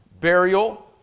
burial